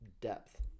depth